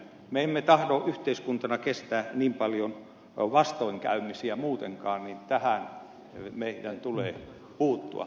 me emme tahdo yhteiskuntana kestää niin paljon vastoinkäymisiä muutenkaan niin että tähän meidän tulee puuttua